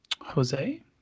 Jose